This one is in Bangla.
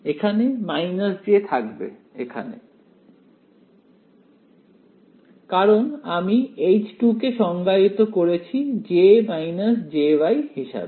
একটি j থাকবে এখানে কারণ আমি H কে সংজ্ঞায়িত করেছি J jY হিসেবে